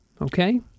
Okay